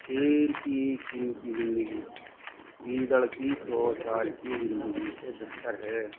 شیر کی ایک دن کی زندگی گیدڑ کی سو سال کی زندگی سے بہتر ہے